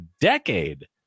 decade